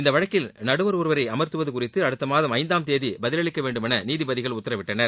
இந்த வழக்கில் நடுவர் ஒருவரை அமர்த்துவது குறித்து அடுத்த மாதம் ஐந்தாம் தேதி பதிலளிக்க வேண்டும் என நீதிபதிகள் உத்தரவிட்டனர்